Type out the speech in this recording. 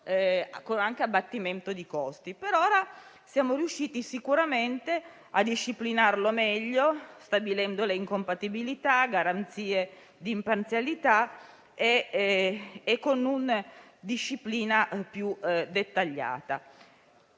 Per ora siamo sicuramente riusciti a disciplinarlo meglio stabilendo incompatibilità, garanzie di imparzialità e una disciplina più dettagliata.